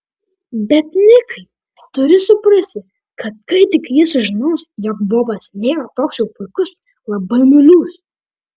bet nikai turi suprasti kad kai tik ji sužinos jog bobas nėra toks jau puikus labai nuliūs